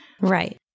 Right